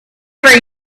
every